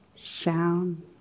sound